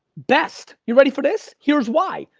best! you ready for this? here's why,